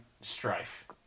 Strife